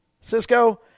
Cisco